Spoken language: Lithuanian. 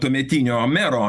tuometinio mero